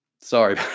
Sorry